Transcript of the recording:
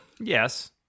Yes